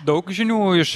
daug žinių iš